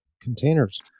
containers